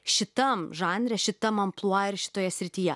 šitam žanre šitam amplua ir šitoje srityje